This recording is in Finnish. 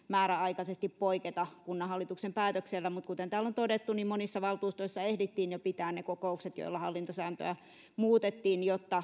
määräaikaisesti poiketa kunnanhallituksen päätöksellä mutta kuten täällä on todettu niin monissa valtuustoissa ehdittiin jo pitää ne kokoukset joilla hallintosääntöä muutettiin jotta